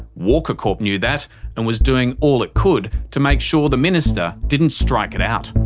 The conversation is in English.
walker corp knew that and was doing all it could to make sure the minister didn't strike it out.